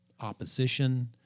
opposition